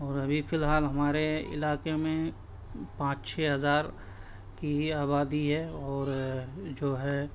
اور ابھی فی الحال ہمارے علاقے میں پانچ چھ ہزار کی آبادی ہے اور جو ہے